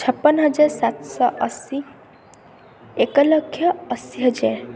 ଛପନ ହଜାର ସାତଶହ ଅଶୀ ଏକଲକ୍ଷ ଅଶୀ ହଜାର